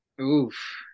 Oof